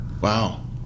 Wow